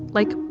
like,